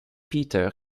peter